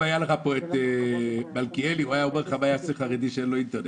אם מלכיאלי היה פה הוא היה שואל מה יעשה חרדי שאין לו אינטרנט.